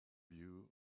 you